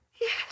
Yes